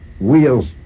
wheels